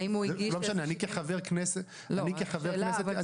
אני לא יודע.